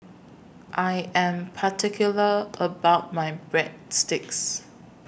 I Am particular about My Breadsticks